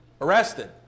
arrested